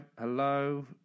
hello